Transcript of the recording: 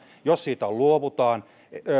jos tarveharkinnasta luovutaan